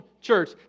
church